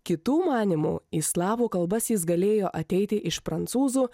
kitų manymu į slavų kalbas jis galėjo ateiti iš prancūzų